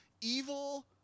evil